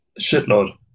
shitload